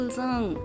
song